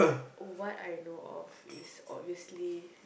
what I know of is obviously